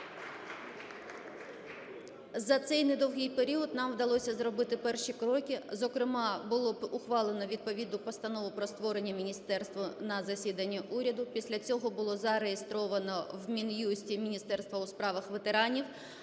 За цей недовгий період нам вдалося зробити перші кроки. Зокрема було ухвалено відповідну Постанову про створення міністерства на засіданні уряду. Після цього було зареєстровано в Мін'юсті Міністерство у справах ветеранів.